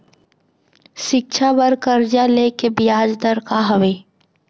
शिक्षा बर कर्जा ले के बियाज दर का हवे?